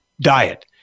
diet